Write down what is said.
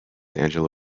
angela